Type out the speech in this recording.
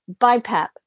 BiPAP